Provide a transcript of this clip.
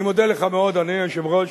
אני מודה לך מאוד, אדוני היושב-ראש,